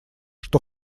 что